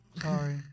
Sorry